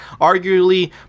arguably